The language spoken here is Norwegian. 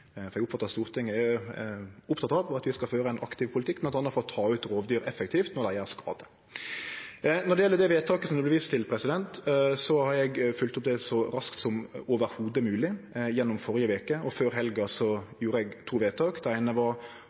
Stortinget er opptekne av at vi skal føre ein aktiv politikk bl.a. for å ta ut rovdyr effektivt når dei gjer skade. Når det gjeld det vedtaket det vert vist til, har eg følgt det opp så raskt som det i det heile var mogleg. Førre veke, før helga, gjorde eg to vedtak. Det eine var